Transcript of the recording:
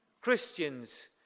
Christians